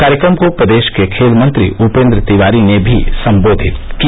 कार्यक्रम को प्रदेश के खेल मंत्री उपेन्द्र तिवारी ने भी सम्बोधित किया